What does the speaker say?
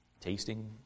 Tasting